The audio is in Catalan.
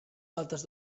faltes